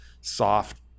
soft